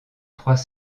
trois